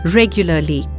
regularly